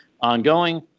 ongoing